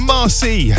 Marcy